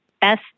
best